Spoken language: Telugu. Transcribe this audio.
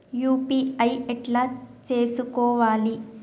యూ.పీ.ఐ ఎట్లా చేసుకోవాలి?